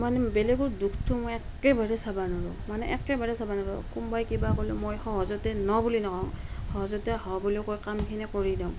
মানে বেলেগৰ দুখটো মই একেবাৰে চাব নোৱাৰোঁ মানে একেবাৰে চাব নোৱাৰোঁ কোনোবাই কিবা ক'লে মই সহজতে ন' বুলি নকওঁ সহজতে হয় বুলি কৈ কামখিনি কৰি দিওঁ